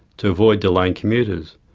to avoid delaying commuters.